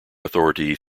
authority